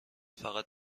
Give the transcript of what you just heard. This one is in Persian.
فقط